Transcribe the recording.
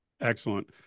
excellent